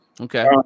Okay